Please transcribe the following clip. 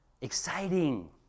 Exciting